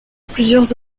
plusieurs